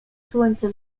słońce